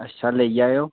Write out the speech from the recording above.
अच्छा लेई आए ओ